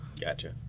Gotcha